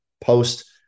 post